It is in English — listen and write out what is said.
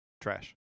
Trash